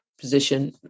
position